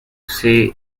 say